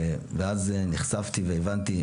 ואז נחשפתי והבנתי.